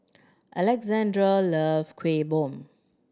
Alexandr loves Kuih Bom